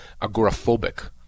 agoraphobic